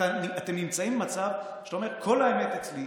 אתם נמצאים במצב שאתם אומרים: כל האמת אצלי,